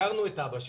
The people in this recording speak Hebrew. הכרנו את אבא שלך.